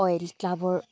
oil ক্লাবৰ